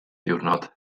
diwrnod